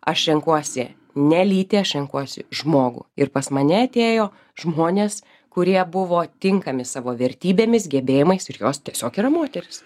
aš renkuosi ne lytį aš renkuosi žmogų ir pas mane atėjo žmonės kurie buvo tinkami savo vertybėmis gebėjimais ir jos tiesiog yra moterys